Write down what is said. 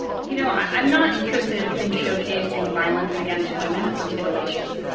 you know, i'm not interested in showcasing violence against women for titillation.